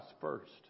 first